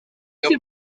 your